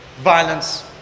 violence